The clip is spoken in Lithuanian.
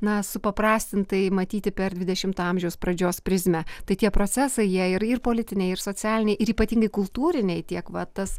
na supaprastintai matyti per dvidešimto amžiaus pradžios prizmę tai tie procesai jie ir ir politiniai ir socialiniai ir ypatingai kultūriniai tiek va tas